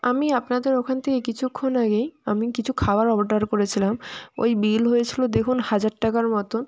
আমি আপনাদের ওখান থেকে কিছুক্ষণ আগেই আমি কিছু খাবার অর্ডার করেছিলাম ওই বিল হয়েছিলো দেখুন হাজার টাকার মতো